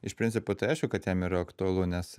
iš principo tai aišku kad jiem yra aktualu nes